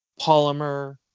polymer